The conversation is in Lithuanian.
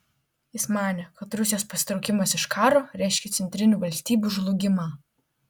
jis manė kad rusijos pasitraukimas iš karo reiškia centrinių valstybių žlugimą